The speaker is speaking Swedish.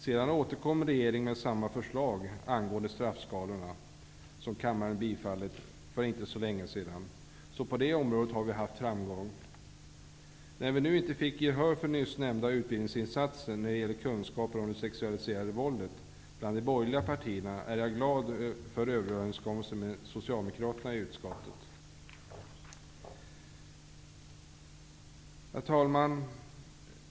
Sedan återkom regeringen med samma förslag angående straffskalorna, vilket kammaren bifallit för inte så länge sedan. På det området har vi haft framgång. När vi nu inte fick gehör bland de borgerliga partierna för nyss nämnda utbildningsinsatser när det gäller kunskaper om det sexualiserade våldet är jag glad för överenskommelsen med Herr talman!